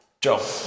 Joe